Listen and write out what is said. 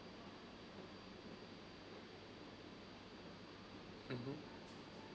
mmhmm